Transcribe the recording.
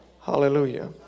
Hallelujah